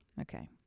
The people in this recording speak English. Okay